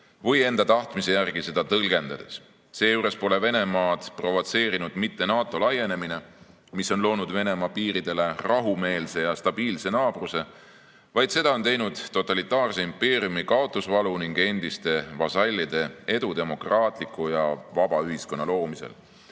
või enda tahtmise järgi seda tõlgendades. Seejuures pole Venemaad provotseerinud mitte NATO laienemine, mis on loonud Venemaa piiridele rahumeelse ja stabiilse naabruse, vaid seda on teinud totalitaarse impeeriumi kaotamise valu ning endiste vasallide edu demokraatliku ja vaba ühiskonna loomisel.